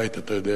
תודה רבה.